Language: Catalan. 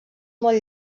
molt